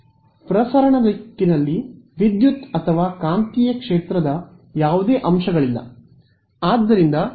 ಪ್ರಸರಣದ ದಿಕ್ಕಿನಲ್ಲಿ ವಿದ್ಯುತ್ ಅಥವಾ ಕಾಂತೀಯ ಕ್ಷೇತ್ರದ ಯಾವುದೇ ಅಂಶಗಳಿಲ್ಲ